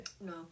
No